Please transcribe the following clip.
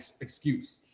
excuse